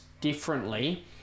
differently